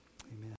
Amen